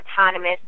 autonomous